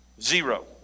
Zero